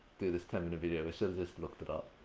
do this ten minute video, we should've just looked it up.